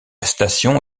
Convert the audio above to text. station